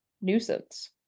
nuisance